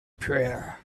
prayer